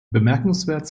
bemerkenswert